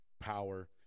power